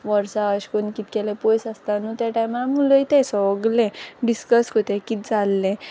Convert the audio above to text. वोर्सा अेश कोन्न कीत केल्लें पोयस आसता न्हू ते टायमार आम उलोताय सोगलें डिसकस कोताय कीत जाल्लें